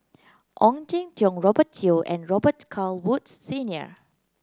Ong Jin Teong Robert Yeo and Robet Carr Woods Senior